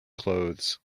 clothes